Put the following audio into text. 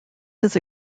his